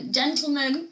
gentlemen